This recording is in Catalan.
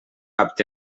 apte